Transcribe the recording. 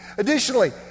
Additionally